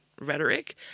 rhetoric